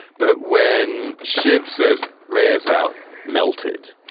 but when shiv says ray is out melted